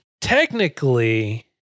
technically